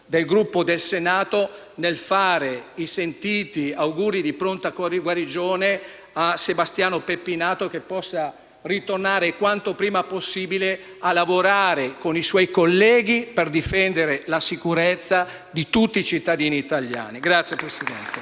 del Gruppo della Lega Nord, nel ribadire i sentiti auguri di pronta guarigione a Sebastiano Pettinato, a che possa tornare quanto prima possibile a lavorare con i suoi colleghi per difendere la sicurezza di tutti cittadini italiani. (Ap- plausi dei